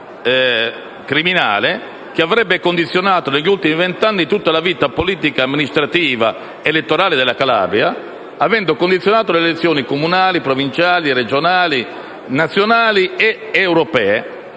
massonica e criminale che avrebbe condizionato negli ultimi vent'anni tutta la vita politica, amministrativa ed elettorale della Calabria, avendo condizionato le elezioni comunali, provinciali, regionali, nazionali ed europee.